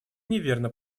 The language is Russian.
неверно